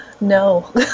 No